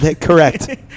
Correct